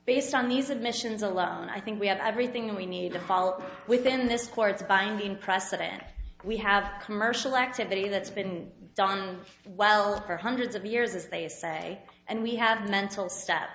based on these admissions alone i think we have everything we need to fall within this court's binding precedent we have commercial activity that's been done well for hundreds of years as they say and we have mental step